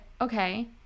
okay